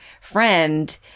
friend